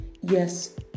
Yes